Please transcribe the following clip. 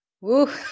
Woo